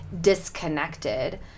disconnected